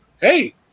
hey